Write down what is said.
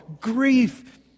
grief